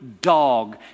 dog